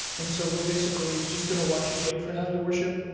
and so we're basically just going to watch and wait for now, your worship.